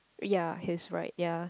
ya he's right ya